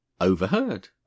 overheard